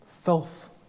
Filth